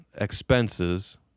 expenses